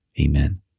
Amen